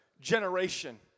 generation